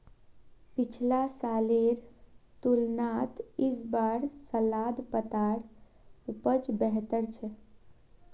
पिछला सालेर तुलनात इस बार सलाद पत्तार उपज बेहतर छेक